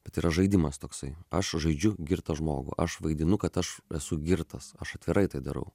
bet yra žaidimas toksai aš žaidžiu girtą žmogų aš vaidinu kad aš esu girtas aš atvirai tai darau